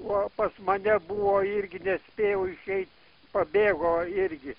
o pas mane buvo irgi nespėjau išei pabėgo irgi